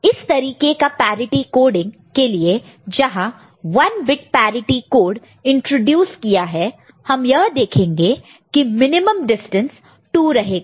इस तरीके का पैरिटि कोड़ीग के लिए जहां 1 बिट पैरिटि कोड इंट्रोड्यूस किया है हम यह देखेंगे की मिनिमम डिस्टेंस 2 रहेगा